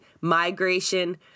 migration